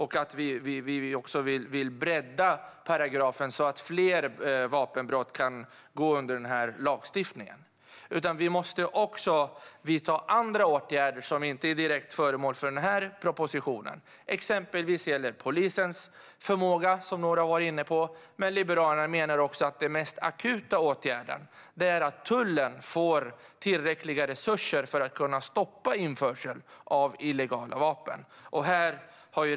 Vi vill också bredda paragrafen så att fler vapenbrott kan gå under denna lagstiftning. Men vi måste även vidta andra åtgärder, som inte direkt är föremål för denna proposition. Det gäller exempelvis polisens förmåga, som några har varit inne på. Liberalerna menar dock att den mest akuta åtgärden är att ge tullen tillräckliga resurser för att kunna stoppa införseln av illegala vapen.